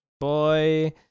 Boy